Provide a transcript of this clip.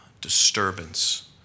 disturbance